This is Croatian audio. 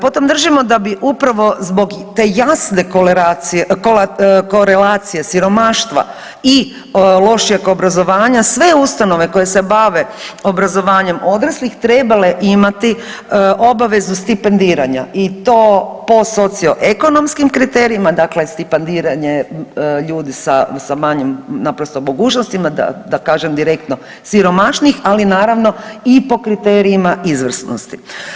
Potom držimo da bi upravo zbog te jasne korelacije siromaštva i lošijeg obrazovanja sve ustanove koje se bave obrazovanjem odraslih trebale imati obavezu stipendiranja i to po socio-ekonomskim kriterijima, dakle stipandiranje ljudi sa manjim naprosto mogućnostima, da kažem direktno, siromašnijih, ali naravno i po kriterijima izvrsnosti.